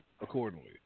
accordingly